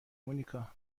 مونیکا